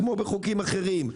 כמו בחוקים אחרים,